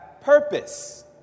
purpose